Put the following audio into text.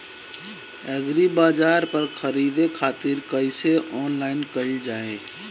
एग्रीबाजार पर खरीदे खातिर कइसे ऑनलाइन कइल जाए?